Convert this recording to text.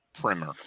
primer